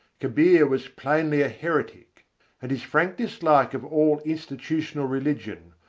kabir was plainly a heretic and his frank dislike of all institutional religion,